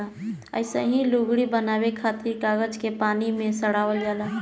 अइसही लुगरी बनावे खातिर कागज के पानी में सड़ावल जाला